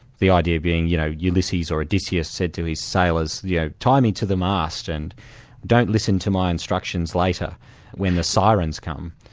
the idea being, you know, ulysses or odysseus said to his sailors, yeah tie me to the mast and don't listen to my instructions later when the sirens come.